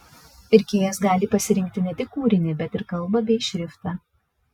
pirkėjas gali pasirinkti ne tik kūrinį bet ir kalbą bei šriftą